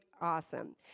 awesome